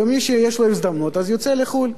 ומי שיש לו הזדמנות יוצא לחו"ל.